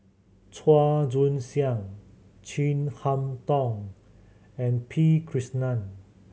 Chua Joon Siang Chin Harn Tong and P Krishnan